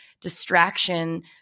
distraction